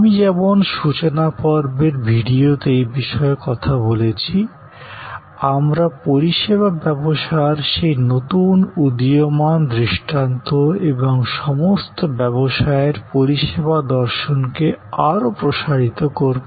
আমি যেমন সূচনাপর্বের ভিডিওতে এই বিষয়ে কথা বলেছি আমরা পরিষেবা ব্যবসার সেই নতুন উদীয়মান দৃষ্টান্ত এবং সমস্ত ব্যবসায়ের পরিষেবা দর্শনকে আরও প্রসারিত করব